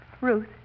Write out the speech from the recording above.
Ruth